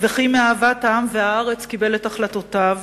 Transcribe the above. ושמאהבת העם והארץ קיבל את החלטותיו,